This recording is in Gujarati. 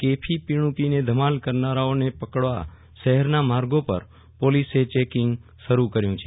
કેફી પીણુ પીને ધમાલ કરનારાઓને પકડવા શહેરના માર્ગો પર પોલીસે ચેકિંગ શરૂ કર્યું છે